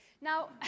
Now